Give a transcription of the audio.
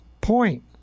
point